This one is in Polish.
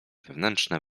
wewnętrzne